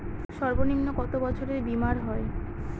সর্বনিম্ন কত বছরের বীমার হয়?